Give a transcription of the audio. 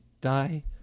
die